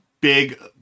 big